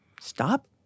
stop